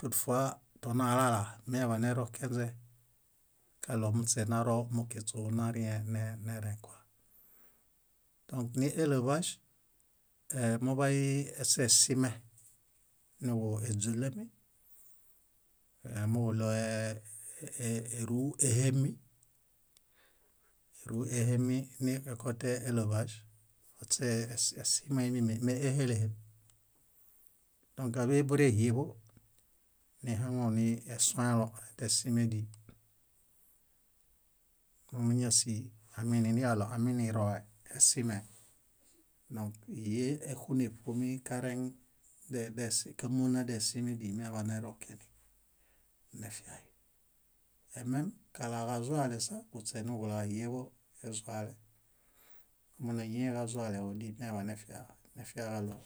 Tutfua tonalala eñadianerokenźe kaɭo muśenaromukiśu narĩenerẽkua. Dõk níelevaĵ, muḃay eśesime níġuźulami muġuɭoe éruehemi, éruehemi niekote elevaĵ, kuśe esimee mími me éhelehel. Dõk áḃe bureb híeḃo nihaŋunisuẽlo desime díi. Mómuñasi aminiiniġaɭoaniroe, esimee, híee éxuneṗumi kareŋ de- de- si- kámuna desime díi meaḃanerokeni, nefiai. Emem kalaġazualesa kuśenuġula híeḃo ezuale. ómonayẽe kazualeġo díi eñaḃanefiaġaɭo